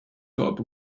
top